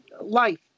life